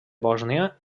bòsnia